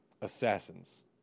assassins